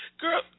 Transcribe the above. girl